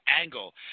angle